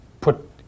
put